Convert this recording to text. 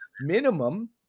minimum